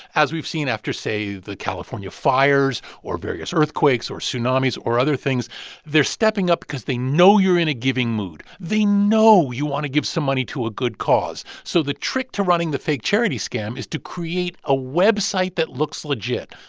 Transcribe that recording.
as we've seen after, say, the california fires or various earthquakes or tsunamis or other things they're stepping up because they know you're in a giving mood. they know you want to give some money to a good cause. so the trick to running the fake charity scam is to create a website that looks legit.